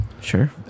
Sure